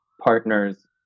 partners